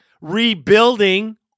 rebuilding